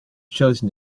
chosen